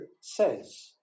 says